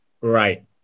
Right